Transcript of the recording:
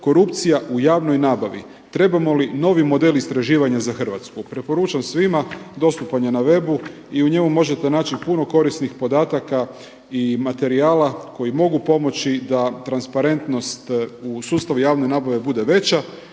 „Korupcija u javnoj nabavi – trebamo li novi model istraživanja za Hrvatsku“. Preporučam svima. Dostupan je na webu i u njemu možete naći puno korisnih podataka i materijala koji mogu pomoći da transparentnost u sustavu javne nabave bude veća.